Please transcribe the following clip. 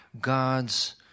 God's